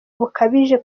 bukabije